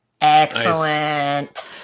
Excellent